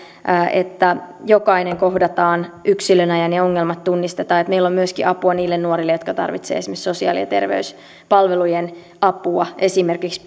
että jokainen kohdataan yksilönä ja ne ongelmat tunnistetaan ja että meillä on myöskin apua niille nuorille jotka tarvitsevat esimerkiksi sosiaali ja terveyspalvelujen apua esimerkiksi